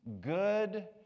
good